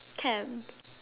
can